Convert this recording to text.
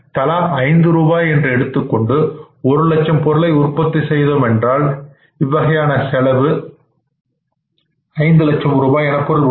ஆக தலா ஐந்து ரூபாய் என்று எடுத்துக் கொண்டு ஒரு லட்சம் பொருட்களை உற்பத்தி செய்தோம் என்றால் இவ்வகையான செலவு 500000 ரூபாய் எனப்பொருள்படும்